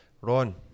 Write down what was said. Ron